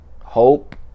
hope